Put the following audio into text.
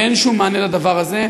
ואין שום מענה לדבר הזה.